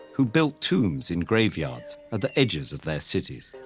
who built tombs in graveyards at the edges of their cities.